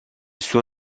suo